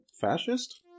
fascist